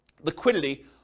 liquidity